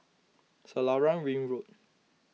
Selarang Ring Road